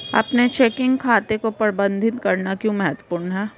अपने चेकिंग खाते को प्रबंधित करना क्यों महत्वपूर्ण है?